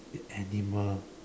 eat animal